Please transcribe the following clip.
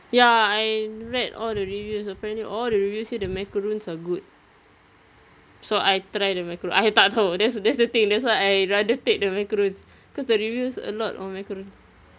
ya I read all the reviews apparently all the reviews say the macarons are good so I try the macaron I tak tahu that's that's the thing that's why I rather take the macarons cause the reviews a lot on macarons